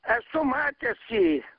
esu matęs jį